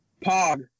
Pog